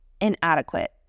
inadequate